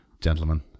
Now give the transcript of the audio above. gentlemen